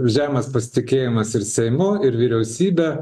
žemas pasitikėjimas ir seimu ir vyriausybe